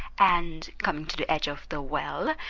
and, coming to the edge of the well,